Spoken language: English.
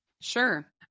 Sure